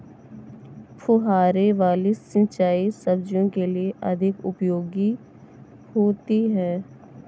फुहारे वाली सिंचाई सब्जियों के लिए अधिक उपयोगी होती है?